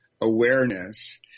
awareness